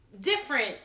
different